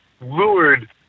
lured